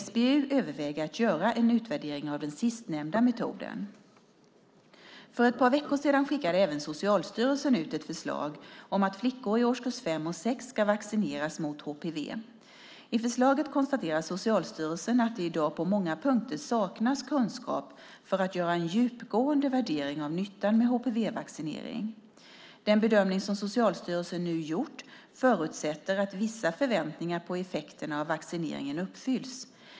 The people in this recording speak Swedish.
SBU överväger att göra en utvärdering av den sistnämnda metoden. För ett par veckor sedan skickade även Socialstyrelsen ut ett förslag på remiss om att flickor i årskurs 5 och 6 ska vaccineras mot HPV. I förslaget konstaterar Socialstyrelsen att det i dag på många punkter saknas kunskap för att göra en djupgående värdering av nyttan med HPV-vaccinering. Den bedömning som Socialstyrelsen nu gjort förutsätter att vissa förväntningar på effekterna av vaccineringen uppfylls.